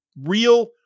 Real